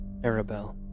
Arabelle